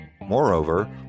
Moreover